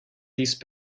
these